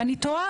ואני תוהה,